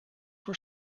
were